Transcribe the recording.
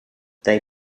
they